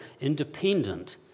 independent